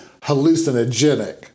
hallucinogenic